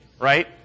right